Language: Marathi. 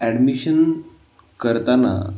ॲडमिशन करताना